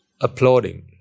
applauding